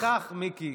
זה כך, מיקי.